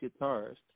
guitarist